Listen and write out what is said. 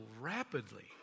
Rapidly